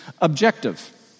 objective